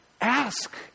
ask